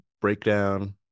breakdown